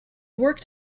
worked